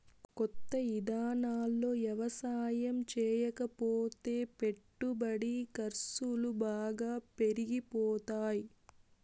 కొత్త ఇదానాల్లో యవసాయం చేయకపోతే పెట్టుబడి ఖర్సులు బాగా పెరిగిపోతాయ్